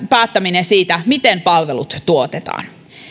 päättäminen siitä miten palvelut tuotetaan